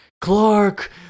Clark